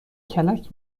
کلک